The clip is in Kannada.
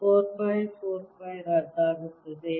4 ಪೈ 4 ಪೈ ರದ್ದಾಗುತ್ತದೆ